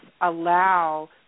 allow